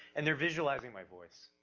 and they're visualizing my voice.